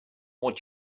what